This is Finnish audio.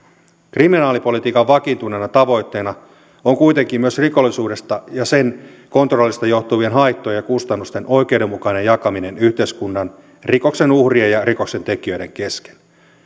kriminaalipolitiikan vakiintuneena tavoitteena on kuitenkin myös rikollisuudesta ja sen kontrollista johtuvien haittojen ja kustannusten oikeudenmukainen jakaminen yhteiskunnan rikoksen uhrien ja rikoksen tekijöiden kesken